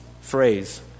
phrase